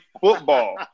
Football